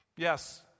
Yes